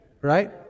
right